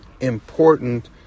important